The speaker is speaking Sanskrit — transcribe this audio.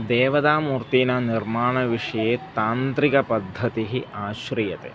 देवतामूर्तीनां निर्माणविषये तान्त्रिकपद्धतिः आश्रीयते